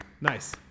nice